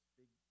big